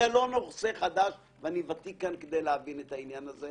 לא הייתי בכל הדיונים אז אני לא יודעת לומר.